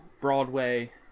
Broadway